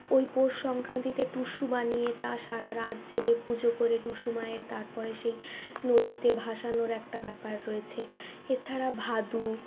ওই পৌষ সংক্রান্তিতে টুসু বানিয়ে তা সারারাত জেগে পুজো করে টুসু মায়ের তারপর সেই নদীতে ভাসানোর একটা ব্যাপার রয়েছে এছাড়া ভাদু